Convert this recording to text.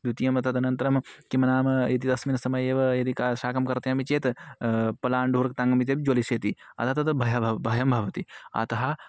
द्वितीयं तदनन्तरं किं नाम यदि तस्मिन् समये एव यदि किं शाकं कर्तयामि चेत् पलाण्डुः रक्ताङ्गमित्यापि ज्वलिष्यति अतः तद् भयः भयः भवति अतः